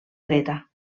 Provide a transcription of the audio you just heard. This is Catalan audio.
dreta